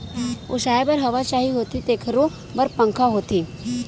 ओसाए बर हवा चाही होथे तेखरो बर पंखा होथे